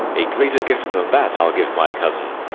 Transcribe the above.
a greater gift than that i'll give my cousin.